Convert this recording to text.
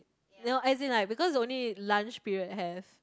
no as in like because only lunch period has